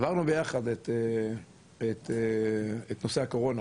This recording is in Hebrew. עברנו ביחד את נושא הקורונה,